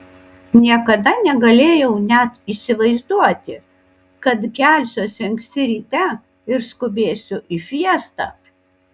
niekada negalėjau net įsivaizduoti kad kelsiuosi anksti ryte ir skubėsiu į fiestą